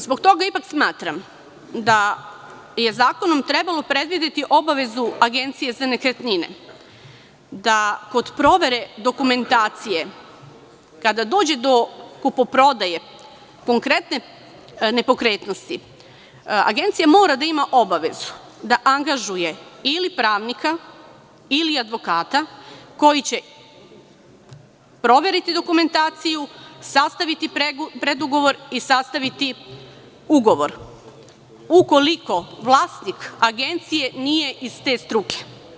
Zbog toga ipak smatram da je zakonom trebalo predvideti obavezu agencije za nekretnine da kod provere dokumentacije, kada dođe do kupoprodaje konkretne nepokretnosti, agencija mora da ima obavezu da angažuje ili pravnika ili advokata, koji će proveriti dokumentaciju, sastaviti predugovor i sastaviti ugovor, ukoliko vlasnik agencije nije iz te struke.